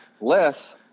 less